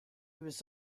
was